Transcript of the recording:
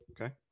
Okay